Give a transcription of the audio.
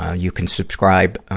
ah you can subscribe, ah,